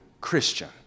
Christian